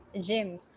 gym